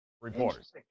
reporters